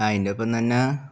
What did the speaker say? അതിന്റെ ഒപ്പം തന്നെ